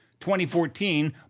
2014